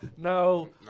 no